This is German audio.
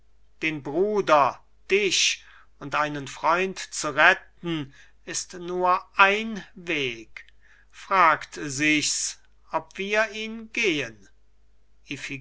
den bruder dich und einen freund zu retten ist nur ein weg fragt sich's ob wir ihn gehen